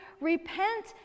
repent